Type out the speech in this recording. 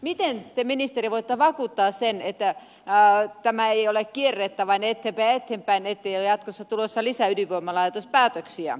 miten te ministeri voitte vakuuttaa että tämä ei ole kierrettä vain eteenpäin ja eteenpäin ettei ole jatkossa tulossa lisää ydinvoimalaitospäätöksiä